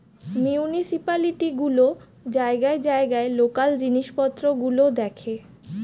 municipality গুলো জায়গায় জায়গায় লোকাল জিনিসপত্র গুলো দেখে